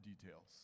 details